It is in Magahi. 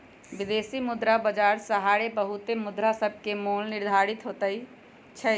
विदेशी मुद्रा बाजार सहारे बहुते मुद्रासभके मोल निर्धारित होतइ छइ